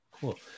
Cool